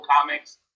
comics